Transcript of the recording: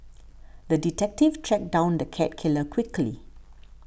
the detective tracked down the cat killer quickly